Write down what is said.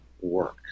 work